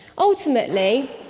Ultimately